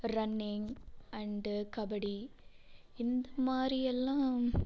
running and kabaddi இந்த மாதிரியெல்லாம்